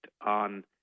on